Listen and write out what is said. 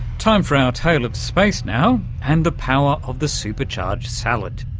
time for our tale of space now and the power of the super-charged salad.